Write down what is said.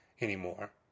anymore